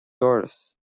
doras